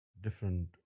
different